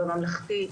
בממלכתי,